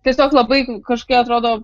tiesiog labai kažkokia atrodo